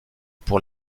pour